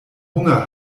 hunger